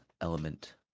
element